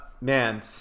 Man